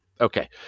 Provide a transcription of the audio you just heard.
Okay